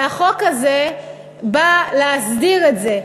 והחוק הזה בא להסדיר את זה.